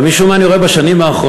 אבל משום מה אני רואה בשנים האחרונות,